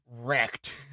wrecked